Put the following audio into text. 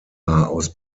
aus